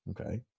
okay